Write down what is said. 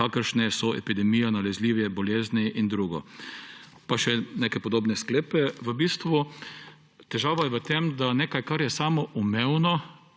kakršne so epidemija nalezljivih bolezni in drugo.« Pa še neke podobne sklepe. Težava je v tem, da je to nekaj, kar je samoumevno,